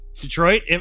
Detroit